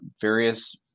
various